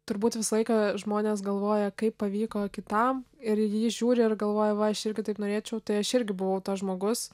turbūt visą laiką žmonės galvoja kaip pavyko kitam ir į jį žiūri ir galvoja va aš irgi taip norėčiau tai aš irgi buvau tas žmogus